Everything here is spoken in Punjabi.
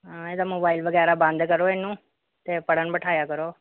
ਹਾਂ ਇਹਦਾ ਮੋਬਾਇਲ ਵਗੈਰਾ ਬੰਦ ਕਰੋ ਇਹਨੂੰ ਅਤੇ ਪੜ੍ਹਨ ਬਿਠਾਇਆ ਕਰੋ